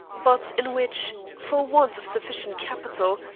but in which, for want of sufficient capital,